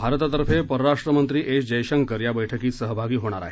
भारतातर्फे परराष्ट्रमंत्री एस जयशंकर या बैठकीत सहभागी होणार आहेत